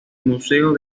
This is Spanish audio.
museo